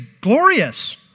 glorious